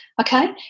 okay